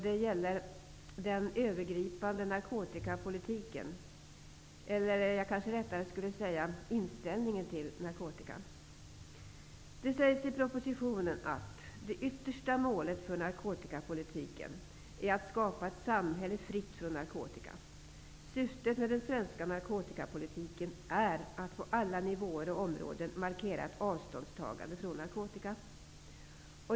Det gäller inställningen till den övergripande narkotikapolitiken. I propositionen sägs det att det yttersta målet för narkotikapolitiken är att skapa ett samhälle fritt från narkotika. Syftet med den svenska narkotikapolitiken är att på alla nivåer och områden markera ett avståndstagande från narkotika.